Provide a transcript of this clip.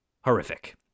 horrific